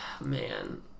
Man